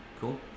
cool